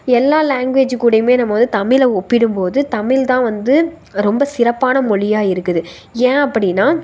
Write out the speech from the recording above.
எல்லா லேங்குவேஜு கூடயுமே நம்ம வந்து தமிழை ஒப்பிடும் போது தமிழ் தான் வந்து ரொம்ப சிறப்பான மொழியா இருக்குது ஏன் அப்படின்னா